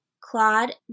Claude